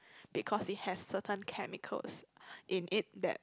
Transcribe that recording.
because it has certain chemicals in it that